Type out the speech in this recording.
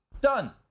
done